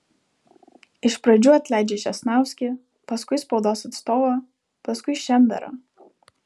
iš pradžių atleidžia česnauskį paskui spaudos atstovą paskui šemberą